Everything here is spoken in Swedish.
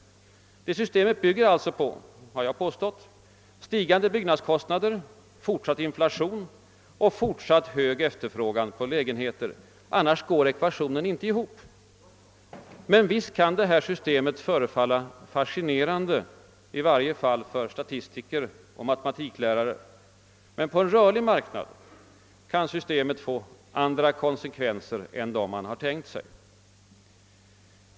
Jag har påstått att det systemet bygger på stigande byggnadskostnader, fortsatt inflation och fortsatt hög efterfrågan på lägenheter — annars går ekvationen inte ihop. Visst kan systemet förefalla fascinerande i varje fall för statistiker och matematiklärare, men på en rörlig marknad kan systemet få andra konsekvenser än man har tänkt sig.